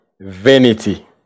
vanity